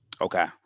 okay